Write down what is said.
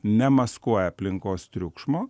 nemaskuoja aplinkos triukšmo